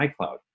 iCloud